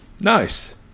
Nice